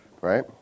Right